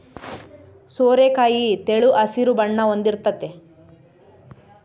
ಸೋರೆಕಾಯಿ ತೆಳು ಹಸಿರು ಬಣ್ಣ ಹೊಂದಿರ್ತತೆ